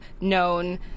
known